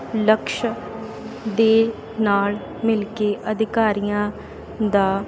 ਲਕਸ਼ ਦੇ ਨਾਲ ਮਿਲ ਕੇ ਅਧਿਕਾਰੀਆਂ ਦਾ